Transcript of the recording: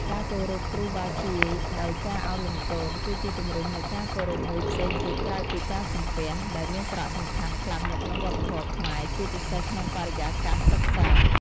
ការគោរពគ្រូបាធ្យាយ ដោយការឱនលំទោន គឺជាទម្រង់នៃការគោរពមួយផ្សេងទៀតក្រៅពីការសំពះ ដែលមានសារៈសំខាន់ខ្លាំងនៅក្នុងវប្បធម៌ខ្មែរ ជាពិសេសក្នុងបរិយាកាសសិក្សា។